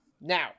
Now